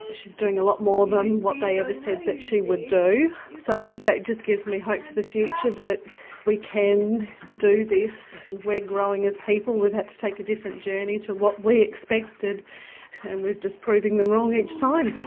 she's doing a lot more than what they ever said she would do, so i think that just gives me hope for the future that we can do this, we're growing as people, we've had to take a different journey to what we expected and we're just proving them wrong each time.